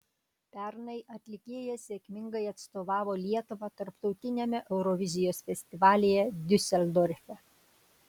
pernai atlikėja sėkmingai atstovavo lietuvą tarptautiniame eurovizijos festivalyje diuseldorfe